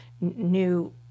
new